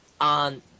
on